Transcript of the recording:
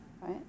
right